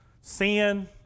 Sin